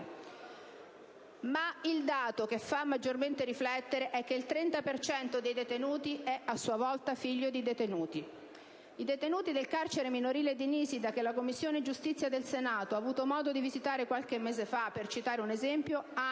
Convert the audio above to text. Ma il dato che fa maggiormente riflettere è che il 30 per cento dei detenuti è a sua volta figlio di detenuti. I detenuti del carcere minorile di Nisida, che la Commissione giustizia del Senato ha avuto modo di visitare qualche mese fa, per citare un esempio, hanno